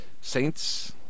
Saints